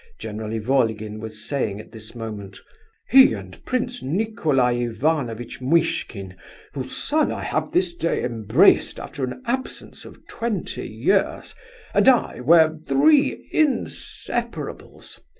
general ivolgin was saying at this moment he and prince nicolai ivanovitch muishkin whose son i have this day embraced after an absence of twenty years and i, were three inseparables.